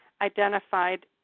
identified